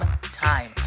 time